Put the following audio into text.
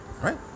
Right